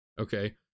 Okay